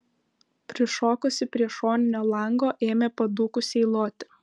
prišokusi prie šoninio lango ėmė padūkusiai loti